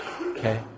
Okay